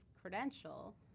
credential